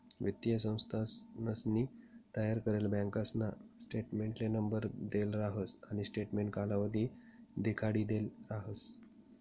वित्तीय संस्थानसनी तयार करेल बँकासना स्टेटमेंटले नंबर देल राहस आणि स्टेटमेंट कालावधी देखाडिदेल राहस